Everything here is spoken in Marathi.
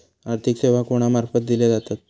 आर्थिक सेवा कोणा मार्फत दिले जातत?